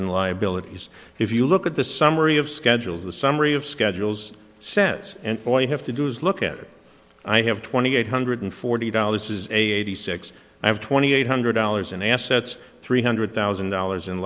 and liabilities if you look at the summary of schedules the summary of schedules sets and all you have to do is look at it i have twenty eight hundred forty dollars eighty six i have twenty eight hundred dollars in assets three hundred thousand dollars in